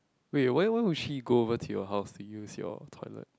wait why whe would she go over your house and use your toilet